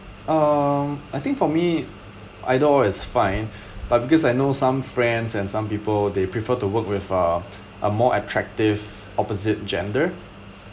um I think for me either or is fine but because I know some friends and some people they prefer to work with uh a more attractive opposite gender